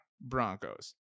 Broncos